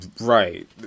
right